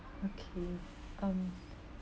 okay um